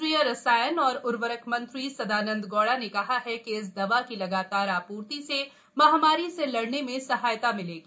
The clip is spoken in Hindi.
केंद्रीय रसायन और उर्वरक मंत्री सदानंद गौड़ा ने कहा कि इस दवा की लगातार आपूर्ति से महामारी से लड़ने में सहायता मिलेगी